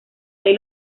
ley